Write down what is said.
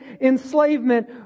enslavement